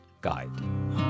guide